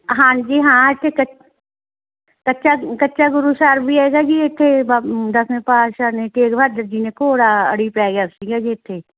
ਹਾਂਜੀ ਹਾਂ ਇੱਥੇ ਕੱਚਾ ਗੁਰੂਸਰ ਵੀ ਹੈਗਾ ਜੀ ਇੱਥੇ ਬਬ ਦਸਵੇਂ ਪਾਤਸ਼ਾਹ ਨੇ ਤੇਗ ਬਹਾਦਰ ਜੀ ਨੇ ਘੋੜਾ ਅੜੀ ਪੈ ਗਿਆ ਸੀਗਾ ਜੀ ਇੱਥੇ